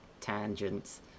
tangents